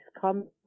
come